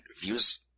views